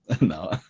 No